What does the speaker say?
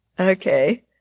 Okay